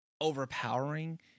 overpowering